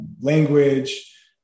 language